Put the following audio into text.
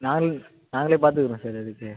நாங்கள் நாங்களே பார்த்துக்குறோம் சார் அதுக்கு